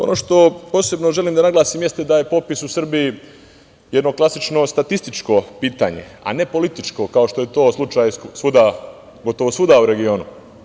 Ono što posebno želim da naglasim jeste da je popis u Srbiji jedno klasično statističko pitanje, a ne političko, kao što je to slučaj svuda, gotovo svuda u regionu.